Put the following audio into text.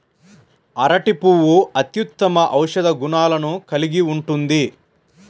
అరటి పువ్వు అత్యుత్తమ ఔషధ గుణాలను కలిగి ఉంటుంది